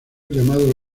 llamado